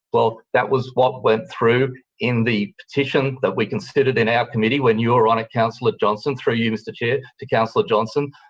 well, that was what went through in the petition that we considered in our committee when you were on it, councillor johnston, through you, mr chair to councillor johnston,